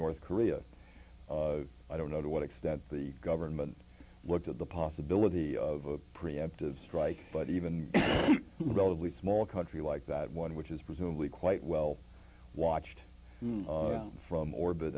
north korea i don't know to what extent the government looked at the possibility of a preemptive strike but even relatively small country like that one which is presumably quite well watched from orbit